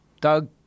Doug